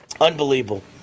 Unbelievable